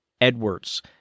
Edwards